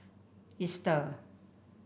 Easter